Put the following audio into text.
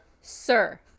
sir